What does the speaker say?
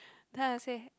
then I say